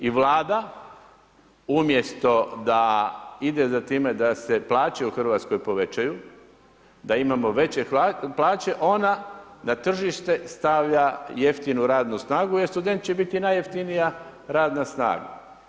I Vlada umjesto da ide za time da se plaće u Hrvatskoj povećaju, da imamo veće plaće, ona na tržište stavlja jeftinu radnu snagu jer student će biti najjeftinija radna snaga.